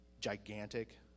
gigantic